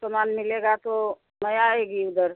यह सब सामान मिलेगा तो मैं आएगी उधर